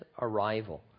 arrival